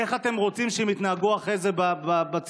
איך אתם רוצים שהם יתנהגו אחרי זה בציבור?